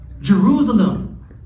Jerusalem